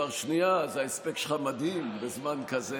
כבר שנייה, אז ההספק שלך מדהים בזמן כזה.